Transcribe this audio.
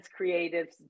creatives